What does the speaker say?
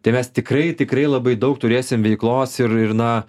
tai mes tikrai tikrai labai daug turėsim veiklos ir ir na